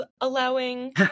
allowing